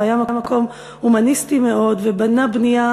והיה מקום הומניסטי מאוד ובנה בנייה